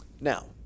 Now